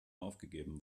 aufgegeben